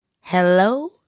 Hello